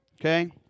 Okay